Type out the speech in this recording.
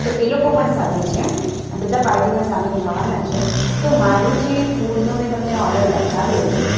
તો એ લોકો પણ સાથે છે આ બધા પાર્ટીમાં સામિલ થવાના છે તો મારું જે ફૂડનો મેં તમને ઓડર લખાવ્યો છે